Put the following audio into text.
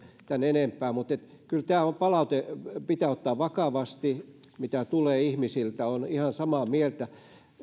tämän enempää mutta kyllä pitää ottaa vakavasti tämä palaute mitä tulee ihmisiltä olen ihan samaa mieltä